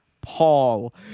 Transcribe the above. Paul